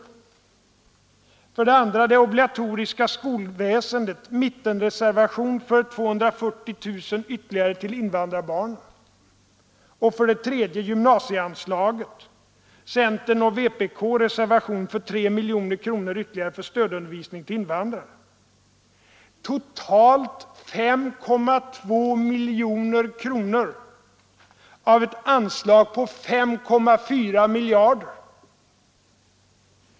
För det andra krävs beträffande det obligatoriska skolväsendet i en mittenreservation 240 000 ytterligare till invandrarbarnen. För det tredje krävs när det gäller gymnasieanslaget i reservation av centern och vänsterpartiet kommunisterna 3 miljoner kronor ytterligare för stödundervisning till invandrare. Totalt krävs alltså ytterligare 5,2 miljoner kronor när det gäller ett anslag på 5,4 miljarder.